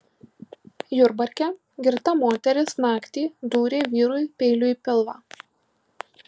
jurbarke girta moteris naktį dūrė vyrui peiliu į pilvą